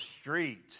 street